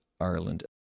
ireland